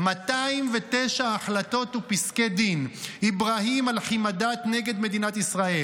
209 ההחלטות ופסקי דין: אבארהים אלחמידאת נגד מדינת ישראל,